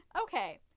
okay